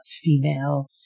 female